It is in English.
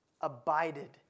abided